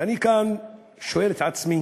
ואני כאן שואל את עצמי